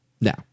Now